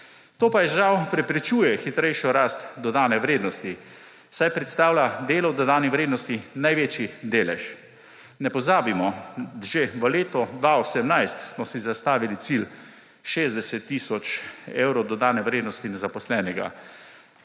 To pa, žal, preprečuje hitrejšo rast dodane vrednosti, saj predstavlja delo v dodani vrednosti največji delež. Na pozabimo, že v letu 2018 smo si zastavili cilj 60 tisoč evrov dodane vrednosti na zaposlenega,